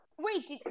Wait